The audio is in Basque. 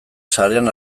sarean